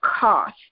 cost